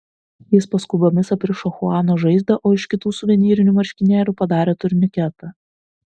jis paskubomis aprišo chuano žaizdą o iš kitų suvenyrinių marškinėlių padarė turniketą